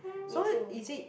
me too